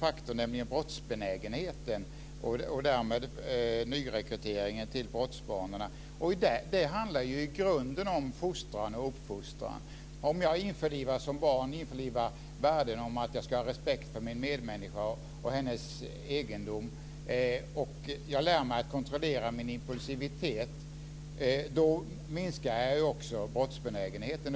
faktorn, nämligen brottsbenägenheten och därmed nyrekryteringen till brottsbanan. Det handlar i grunden om fostran och uppfostran. Om jag införlivas som barn värden som att jag ska ha respekt för min medmänniska och hennes egendom och lär mig att kontrollera min impulsivitet, då minskar också brottsbenägenheten.